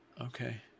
Okay